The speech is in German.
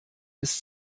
ist